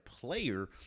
player